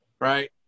right